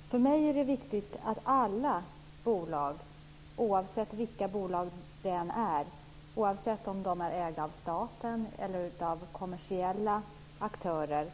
Herr talman! För mig är det viktigt att sådan här verksamhet ska vara förbjuden för alla bolag, oavsett vilka de är, om de är ägda av staten eller av kommersiella aktörer.